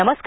नमस्कार